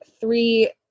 three